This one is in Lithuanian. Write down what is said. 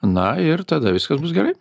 na ir tada viskas bus gerai